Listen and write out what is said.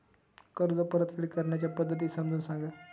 कर्ज परतफेड करण्याच्या पद्धती समजून सांगा